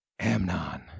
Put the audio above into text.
Amnon